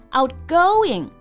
outgoing